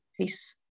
peace